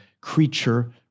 creature